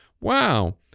wow